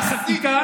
לא שתי דקות.